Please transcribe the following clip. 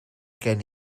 gen